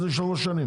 הכללי.